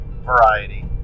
variety